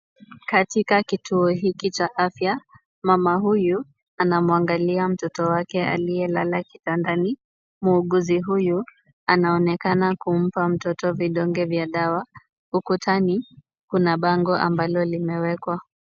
Katika kituo hiki cha afya, mama huyu anamwangalia mtoto wake aliyelala kitandani. Muuguzi huyu anaonekana kumpa mtoto vidonge vya dawa. Ukutani kuna bango ambalo limewekwa.